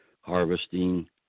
harvesting